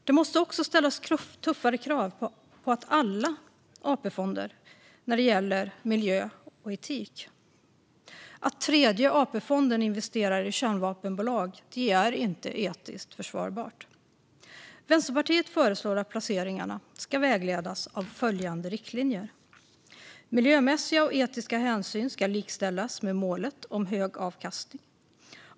Det måste också ställas tuffare krav på alla AP-fonder när det gäller miljö och etik. Att Tredje AP-fonden investerar i kärnvapenbolag är inte etiskt försvarbart. Vänsterpartiet föreslår att placeringarna ska vägledas av följande riktlinjer: Miljömässiga och etiska hänsyn ska likställas med målet om hög avkastning.